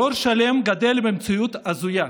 דור שלם גדל במציאות הזויה.